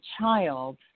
child